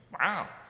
wow